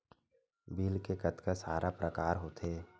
Bill के कतका सारा प्रकार होथे?